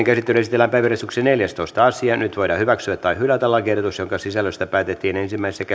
käsittelyyn esitellään päiväjärjestyksen neljästoista asia nyt voidaan hyväksyä tai hylätä lakiehdotus jonka sisällöstä päätettiin ensimmäisessä